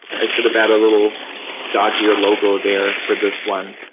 i should have had a little dog-ear logo there for this one.